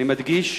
אני מדגיש,